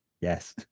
Yes